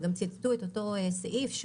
וגם ציטטו אותו סעיף,